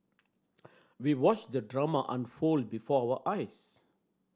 we watched the drama unfold before our eyes